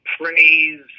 praise